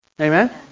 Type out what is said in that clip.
Amen